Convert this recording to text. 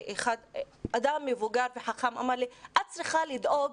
אדם מבוגר וחכם אמר לי, את צריכה לדאוג